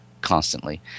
constantly